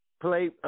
play